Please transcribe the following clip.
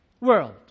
world